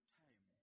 time